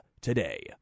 today